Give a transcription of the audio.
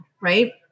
right